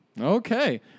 Okay